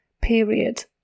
period